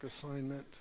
assignment